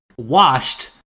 washed